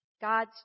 God's